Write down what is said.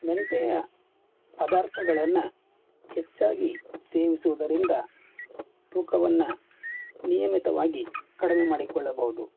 ಮೆಂತ್ಯೆಯ ಪದಾರ್ಥಗಳನ್ನು ಹೆಚ್ಚಾಗಿ ಸೇವಿಸುವುದರಿಂದ ತೂಕವನ್ನು ನಿಯಮಿತವಾಗಿ ಕಡಿಮೆ ಮಾಡಿಕೊಳ್ಳಬಹ್ದು